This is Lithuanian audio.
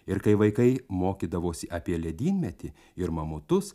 ir kai vaikai mokydavosi apie ledynmetį ir mamutus